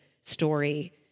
story